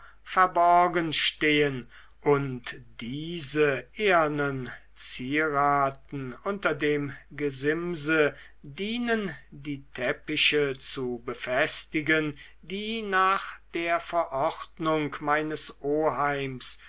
verborgen stehen und diese ehrnen zieraten unter dem gesimse dienen die teppiche zu befestigen die nach der verordnung meines oheims